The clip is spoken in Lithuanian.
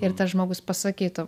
ir tas žmogus pasakytų